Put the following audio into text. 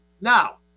Now